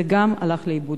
גם זה הלך לאיבוד.